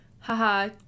Haha